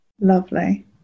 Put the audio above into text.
lovely